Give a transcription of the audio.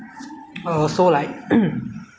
ya but then you continue eating eating until you want to like